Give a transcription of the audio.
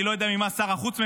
אני לא יודע ממה שר החוץ מפחד.